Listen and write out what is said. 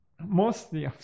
mostly